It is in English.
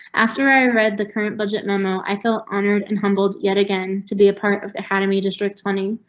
after i read the current budget memo, i felt honored and humbled yet again to be apart of academy district twenty.